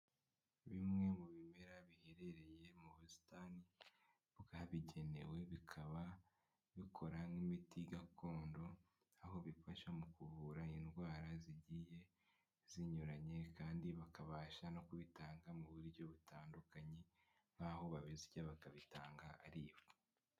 Bimwe mu bimera biherereye mu busitani bwabigenewe bikaba bikora nk'imiti gakondo aho bifasha mu kuvura indwara zigiye zinyuranye kandi bakabasha no kubitanga mu buryo butandukanye nkaho babisya bakabitanga ari ifu.